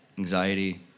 anxiety